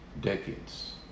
decades